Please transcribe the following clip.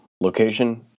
Location